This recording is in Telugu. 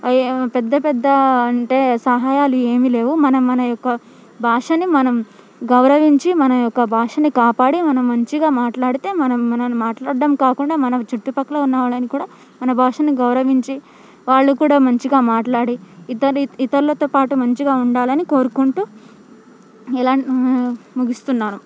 ఏ పెద్ద పెద్ద అంటే సహాయాలు ఏమీ లేవు మనం మన యొక్క భాషని మనం గౌరవించి మన యొక్క భాషని కాపాడి మనం మంచిగా మాట్లాడితే మనం మనని మాట్లాడడం కాకుండా మన చుట్టుపక్కల ఉన్న వాళ్ళని కూడా మన భాషని గౌరవించి వాళ్ళు కూడా మంచిగా మాట్లాడి ఇతరు ఇతరులతో పాటు మంచిగా ఉండాలని కోరుకుంటూ ఇలాంటి ముగిస్తున్నాను